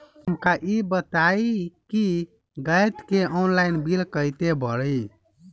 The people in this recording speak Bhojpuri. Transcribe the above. हमका ई बताई कि गैस के ऑनलाइन बिल कइसे भरी?